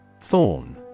Thorn